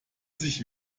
sich